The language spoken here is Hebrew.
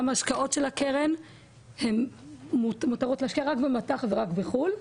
גם ההשקעות של הקרן הן מותרות להשקיע רק במט"ח ורק בחול,